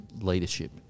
leadership